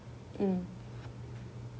mm